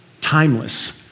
timeless